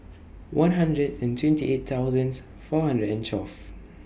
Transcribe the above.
one hundred and twenty eight thousands four hundred and twelve